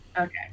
Okay